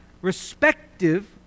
respective